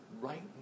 right